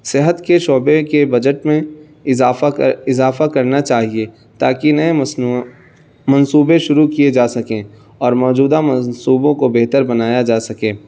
صحت کے شعبے کے بجٹ میں اضافہ اضافہ کرنا چاہیے تاکہ نئے مصنوع منصوبے شروع کیے جا سکیں اور موجودہ منصوبوں کو بہتر بنایا جا سکے